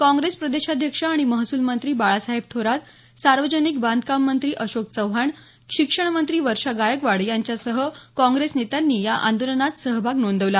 काँग्रेस प्रदेशाध्यक्ष आणि महसूल मंत्री बाळासाहेब थोरात सार्वजनिक बांधकाम मंत्री अशोक चव्हाण शिक्षण मंत्री वर्षा गायकवाड यांच्यासह काँग्रेस नेत्यांनी या आंदोलनात सहभाग नोंदवला